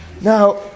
Now